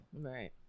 Right